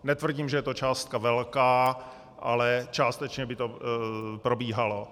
Netvrdím, že je to částka velká, ale částečně by to probíhalo.